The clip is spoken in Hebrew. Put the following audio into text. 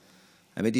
האמת,